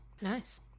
nice